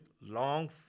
long